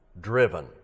driven